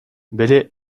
били